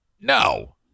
no